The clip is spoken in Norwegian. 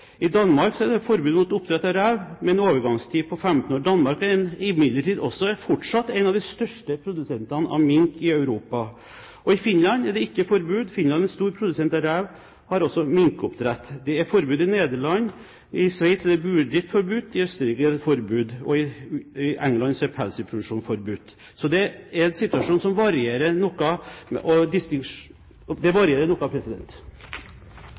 I Danmark er det forbud mot oppdrett av rev, med en overgangstid på 15 år. Danmark er imidlertid fortsatt en av de største produsentene av mink i Europa. I Finland er det ikke forbud. Finland er stor produsent av rev og har også minkoppdrett. Det er forbud i Nederland. I Sveits er burdrift forbudt. I Østerrike er det forbud. I England er pelsdyrproduksjon forbudt. Så det er en situasjon som varierer noe – det varierer noe, president.